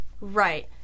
Right